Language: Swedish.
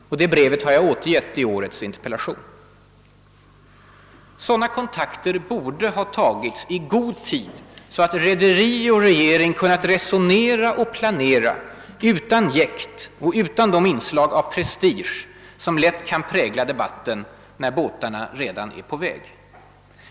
Det brevet har jag återgett i årets interpellation. Sådana kontakter borde ha tagits i god tid så att rederi och regering kunnat resonera och planera utan jäkt och utan de inslag av prestige som lätt kan prägla debatten när båtarna redan är på väg.